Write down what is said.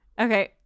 Okay